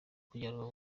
kujyanwa